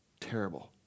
Terrible